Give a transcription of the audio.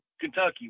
Kentucky